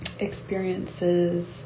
experiences